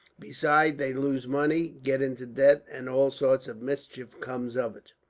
besides, they lose money, get into debt, and all sorts of mischief comes of it.